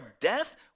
death